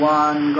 one